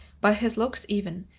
by his looks even,